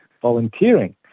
volunteering